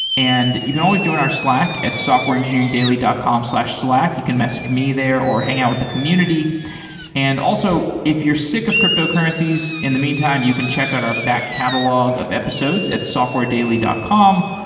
and you can always join our slack at softwareengineeringdaily dot com slash slack. you can message me there or hang out with the community and also, if you're sick of cryptocurrencies, in the meantime you can check out our back catalog of episodes at softwaredaily dot com,